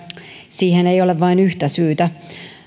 siihen ei ole vain yhtä syytä